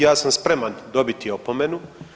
Ja sam spreman dobiti opomenu.